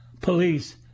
police